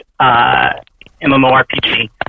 MMORPG